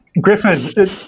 Griffin